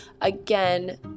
Again